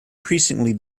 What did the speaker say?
increasingly